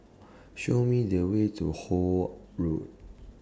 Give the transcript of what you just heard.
Show Me The Way to Holt Road